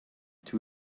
two